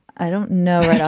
i don't know,